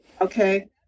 okay